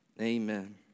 amen